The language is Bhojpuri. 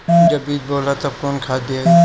जब बीज बोवाला तब कौन खाद दियाई?